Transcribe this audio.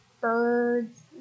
birds